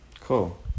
Cool